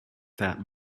that